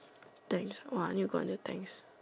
Tangs !wah! I need to go until Tangs